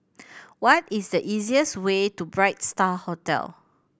what is the easiest way to Bright Star Hotel